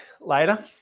later